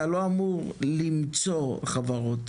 אתה לא אמור למצוא חברות,